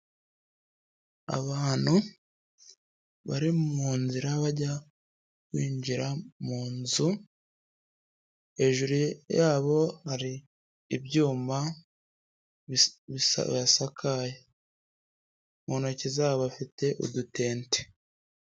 Abantu bari mu nzira bajya binjira mu nzu, hejuru yabo hari ibyuma bisabasakaye. Mu ntoki zabo bafite udutente.